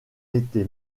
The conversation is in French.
été